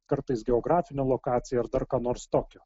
kartais geografinę lokaciją ar dar ką nors tokio